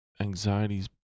anxieties